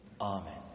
Amen